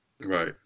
Right